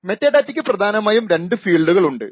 മെറ്റാഡാറ്റക്ക് പ്രധാനമായും രണ്ടു ഫീൽഡുകൾ ഉണ്ട്